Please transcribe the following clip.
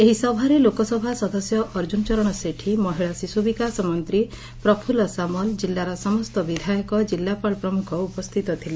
ଏହି ସଭାରେ ଲୋକସଭା ସଦସ୍ୟ ଅର୍ଜୁନ ଚରଣ ସେଠୀ ମହିଳା ଶିଶୁବିକାଶ ମନ୍ତୀ ପ୍ରଫୁଲ୍ଲ ସାମଲ ଜିଲ୍ଲାର ସମସ୍ତ ବିଧାୟକ ଜିଲ୍ଲାପାଳ ପ୍ରମୁଖ ଉପସ୍ଥିତ ଥିଲେ